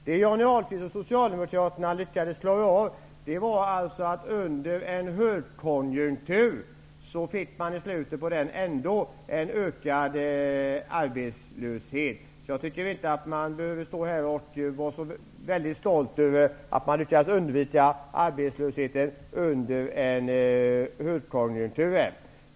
Det Johnny Ahlqvist och Socialdemokraterna lyckades klara av var att under slutet av en högkonjunktur åstadkomma en ökad arbetslöshet. Jag tycker inte att man behöver vara så väldigt stolt över att man lyckades undvika arbetslösheten under en högkonjunktur.